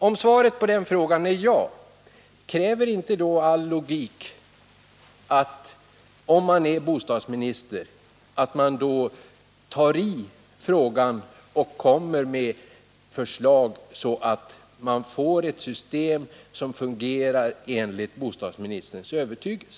Om svaret på den frågan är ja, kräver för det andra inte då all logik att bostadsministern griper sig an frågan och lägger fram förslag till ett system som fungerar i enlighet med bostadsministerns övertygelse?